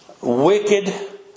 wicked